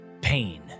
pain